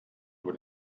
über